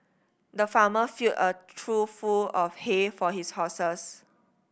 the farmer filled a trough full of hay for his horses